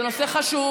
זה נושא חשוב,